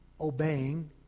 obeying